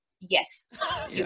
Yes